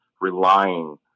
relying